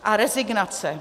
A rezignace.